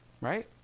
right